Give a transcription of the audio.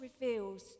reveals